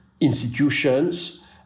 institutions